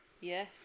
Yes